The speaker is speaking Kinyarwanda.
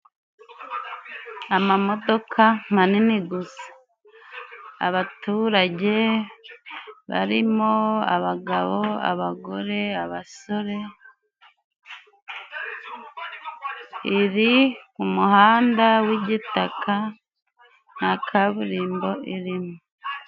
Amamodoka manini gusa. Abaturage barimo abagabo, abagore, abasore, iri umuhanda w'igitaka nta kaburimbo irimo.